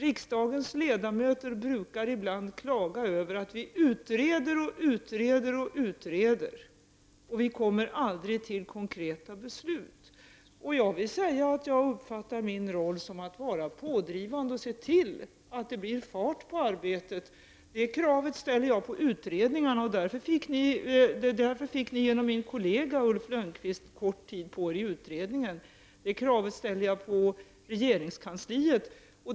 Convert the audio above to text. Riksdagens ledamöter brukar ibland klaga över att vi utreder, utreder och utreder och aldrig kommer till konkreta beslut. Jag vill säga att jag uppfattar min roll som att vara pådrivande och se till att det blir fart på arbetet. Det kravet ställer jag på utredningarna. Därför fick utredningen genom beslut av min kollega Ulf Lönnqvist kort tid på sig. Det kravet ställer jag även på regeringskansliet.